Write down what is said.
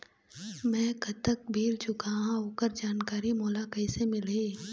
मैं कतक बिल चुकाहां ओकर जानकारी मोला कइसे मिलही?